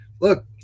look